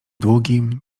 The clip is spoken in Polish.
długim